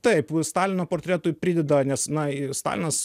taip stalino portretui prideda nes na i stalinas